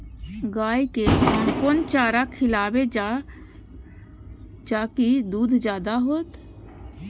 गाय के कोन कोन चारा खिलाबे जा की दूध जादे होते?